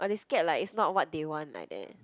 or they scared like is not what they want like that